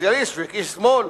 כסוציאליסט וכשמאל,